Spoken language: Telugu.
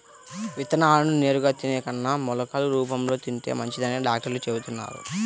విత్తనాలను నేరుగా తినే కన్నా మొలకలు రూపంలో తింటే మంచిదని డాక్టర్లు చెబుతున్నారు